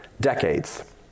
decades